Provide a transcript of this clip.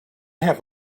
have